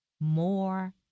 more